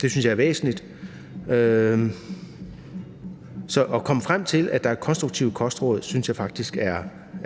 Det synes jeg er væsentligt. Så at komme frem til, at der skal være konstruktive kostråd, synes jeg faktisk er